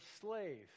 slave